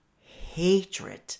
hatred